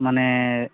ᱢᱟᱱᱮ